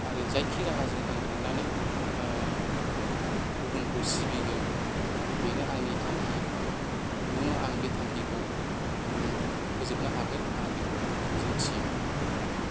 आरो जायखि राहाजों आं थांनानै गुबुनखौ सिबिगोन बेनो आंनि थांखि इउनाव आं बे थांखिखौ फोजोबनो होगोन आं मिजिंथियो